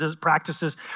practices